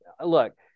look